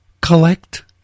collect